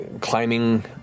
Climbing